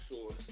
source